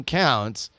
counts